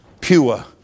pure